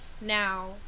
Now